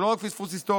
זה לא רק פספוס היסטורי,